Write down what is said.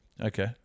okay